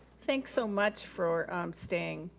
thanks so much for staying.